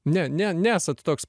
ne ne nesat toks